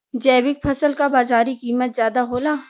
जैविक फसल क बाजारी कीमत ज्यादा होला